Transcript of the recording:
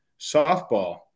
softball